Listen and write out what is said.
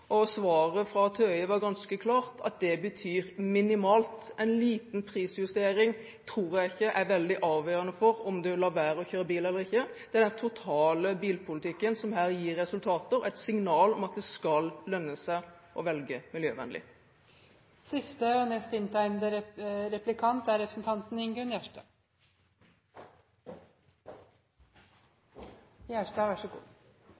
og svaret fra TØI var ganske klart – det betyr minimalt. En liten prisjustering tror jeg ikke er veldig avgjørende for om en lar være å kjøre bil eller ikke. Det er den totale bilpolitikken som her gir resultater – et signal om at det skal lønne seg å velge miljøvennlig. SV er einig med statsråden i at det å ha med seg det internasjonale så